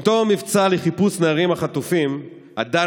עם תום המבצע לחיפוש הנערים החטופים הדר